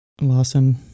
Lawson